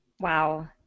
Wow